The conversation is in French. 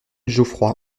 geoffroy